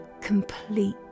complete